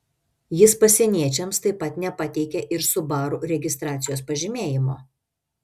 jis pasieniečiams taip pat nepateikė ir subaru registracijos pažymėjimo